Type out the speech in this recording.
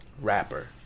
rapper